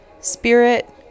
Spirit